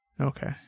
Okay